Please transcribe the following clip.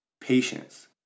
Patience